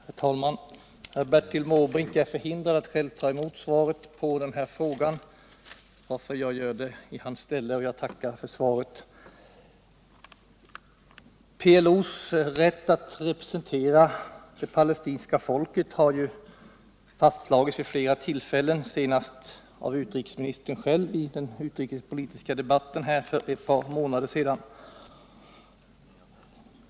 Herr talman! Bertil Måbrink är förhindrad att själv ta emot svaret på denna fråga varför jag gör det i hans ställe. Jag tackar för svaret. PLO:s rätt att representera det palestinska folket har fastslagits vid flera tillfällen, senast av utrikesministern själv i den utrikespolitiska debatten här för ett par månader sedan.